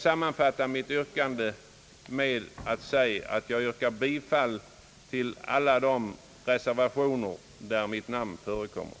Sammanfattningsvis yrkar jag bifall till alla de reservationer där mitt namn förekommer.